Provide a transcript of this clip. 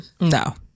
No